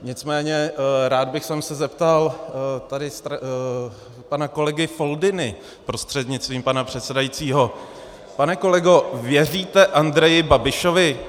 Nicméně rád bych se zeptat tady pana kolegy Foldyny prostřednictvím pana předsedajícího: Pane kolego, věříte Andreji Babišovi?